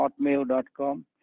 hotmail.com